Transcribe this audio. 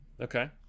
Okay